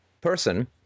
person